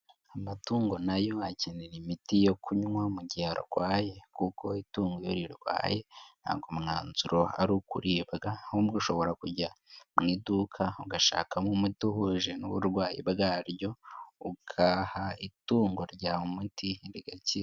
Amatungo nayo akenera imiti yo kunywa mu gihe arwaye kuko itungo iyo rirwaye ntabwo umwanzuro ari ukuribwa, ahubwo ushobora kujya mu iduka ugashakamo umuti uhuje n'uburwayi bwaryo, ugaha itungo ryawe umuti rigakira.